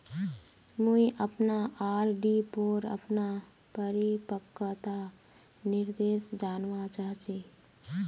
मुई अपना आर.डी पोर अपना परिपक्वता निर्देश जानवा चहची